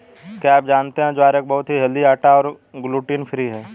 क्या आप जानते है ज्वार एक बहुत ही हेल्दी आटा है और ग्लूटन फ्री है?